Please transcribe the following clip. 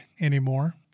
anymore